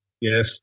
yes